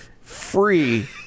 free